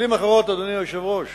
במלים אחרות, אדוני היושב-ראש,